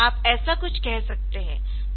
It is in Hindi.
आप ऐसा कुछ कह सकते है